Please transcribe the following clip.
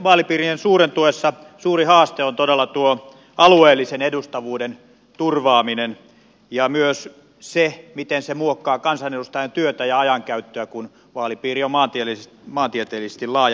vaalipiirien suurentuessa suuri haaste on todella tuo alueellisen edustavuuden turvaaminen ja myös se miten se muokkaa kansanedustajan työtä ja ajankäyttöä kun vaalipiiri on maantieteellisesti laaja